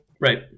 right